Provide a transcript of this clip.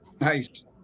nice